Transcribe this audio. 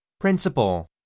Principal